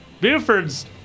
Buford's